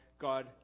God